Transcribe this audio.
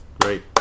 Great